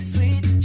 Sweet